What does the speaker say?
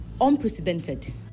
unprecedented